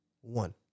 One